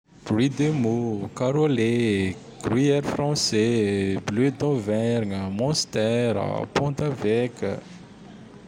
Gris de mô o, karôlé e, gris air français, bleu d'Overgne a, monstère a, pantôveka a.